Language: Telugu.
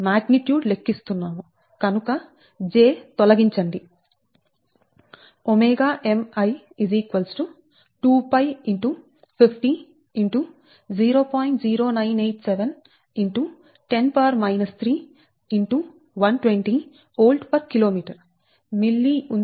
మాగ్నిట్యూడ్ లెక్కిస్తున్నాము కనుక j తొలగించండి ꞷMI 2𝜋 x 50 x 0